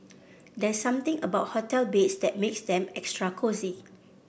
there's something about hotel beds that makes them extra cosy